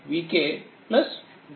vk